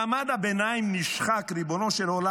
מעמד הביניים נשחק, ריבונו של עולם.